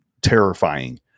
terrifying